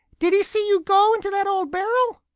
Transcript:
did he see you go into that old barrel?